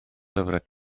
lyfrau